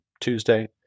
Tuesday